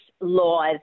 laws